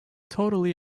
totally